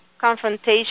confrontation